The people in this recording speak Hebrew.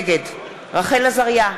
נגד רחל עזריה,